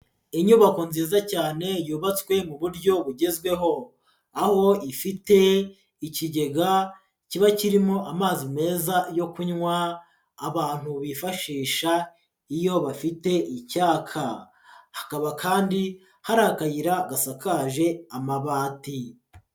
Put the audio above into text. Inyubako nziza cyane yubatswe mu buryo bugezweho, aho ifite ikigega kiba kirimo amazi meza yo kunywa abantu bifashisha iyo bafite icyaka, hakaba kandi hari akayira gasakaje amabati.